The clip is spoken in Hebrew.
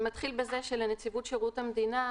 מתחיל בזה שלנציבות שירות המדינה,